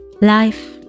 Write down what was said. Life